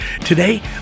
today